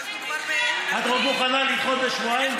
אנחנו כבר, את מוכנה לדחות בשבועיים?